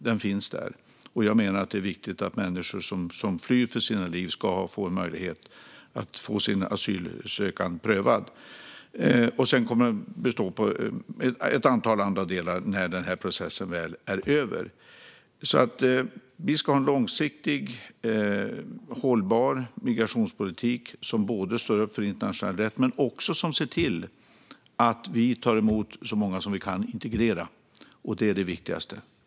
Den finns där, och jag menar att det är viktigt att människor som flyr för sina liv ska ha möjlighet att få sin asylansökan prövad. Den kommer också att bygga på ett antal andra delar när den här processen väl är över. Vi ska ha en långsiktigt hållbar migrationspolitik som står upp för internationell rätt men också ser till att vi tar emot så många som vi kan integrera. Det är det viktigaste.